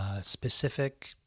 Specific